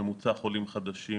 ממוצע חולים חדשים,